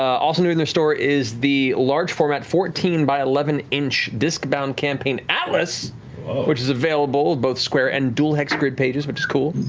also new in their store is the large format fourteen by eleven inch disc-bound campaign atlas which is available with both square and dual hex grid pages which is cool.